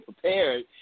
prepared